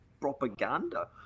propaganda